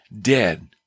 dead